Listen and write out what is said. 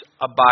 abide